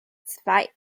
zwei